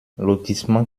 lotissement